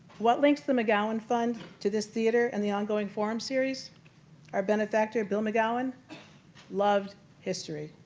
what links the mcgowan fund to this theatre and the ongoing forum series are benefactor bill mcgowan loved history.